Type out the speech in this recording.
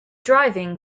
driving